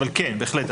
אבל כן, בהחלט.